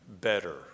better